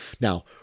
Now